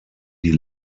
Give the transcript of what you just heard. die